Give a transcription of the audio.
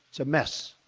it's a mess.